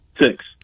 Six